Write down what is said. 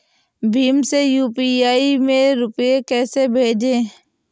भीम से यू.पी.आई में रूपए कैसे भेजें?